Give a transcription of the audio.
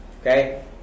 okay